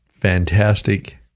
fantastic